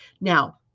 Now